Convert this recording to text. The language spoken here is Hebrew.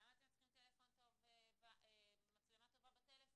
למה אתם צריכים מצלמה טובה בטלפון?